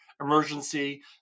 emergency